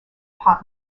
pop